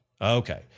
Okay